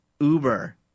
Uber